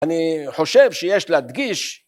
אני חושב שיש להדגיש.